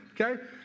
okay